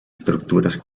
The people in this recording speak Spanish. estructuras